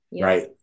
right